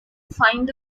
find